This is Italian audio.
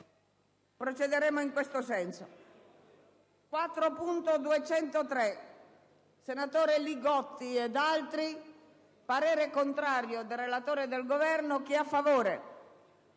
procederemo in questo senso.